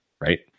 Right